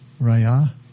raya